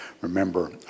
remember